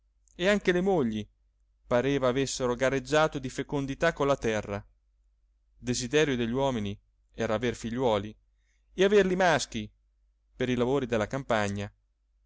e anche le mogli pareva avessero gareggiato di fecondità con la terra desiderio degli uomini era aver figliuoli e averli maschi per i lavori della campagna